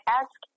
ask